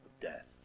death